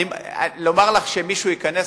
לומר לך שמישהו ייכנס,